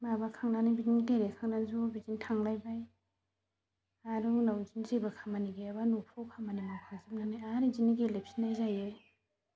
माबाखांनानै बिदिनो गेलेखांनानै ज' बिदिनो थांलायबाय आरो उनाव बिदिनो जेबो खामानि गैयाबा न'फ्राव खामानि मावखांजोबनानै आरो बिदिनो गेलेफिननाय जायो